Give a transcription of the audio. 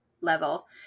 level